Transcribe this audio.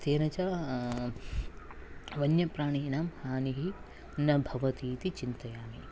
तेन च वन्यप्राणीनां हानिः न भवति इति चिन्तयामि